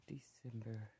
December